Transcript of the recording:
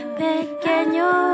pequeño